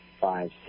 five